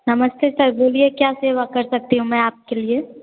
नमस्ते सर बोलिए क्या सेवा कर सकती हूँ मैं आपके लिए